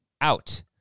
out